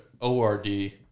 O-R-D